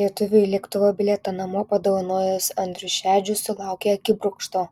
lietuviui lėktuvo bilietą namo padovanojęs andrius šedžius sulaukė akibrokšto